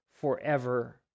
forever